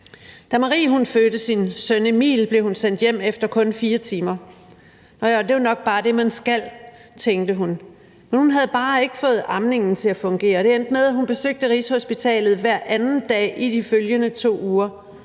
Da Marie fødte sin søn Emil, blev hun sendt hjem efter kun 4 timer. Det er jo nok bare det, man skal, tænkte hun. Men hun havde bare ikke fået amningen til at fungere, og det endte med, at hun besøgte Rigshospitalet hver anden dag i de følgende 2 uger.